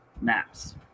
maps